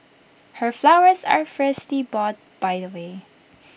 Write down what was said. her flowers are freshly bought by the way